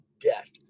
death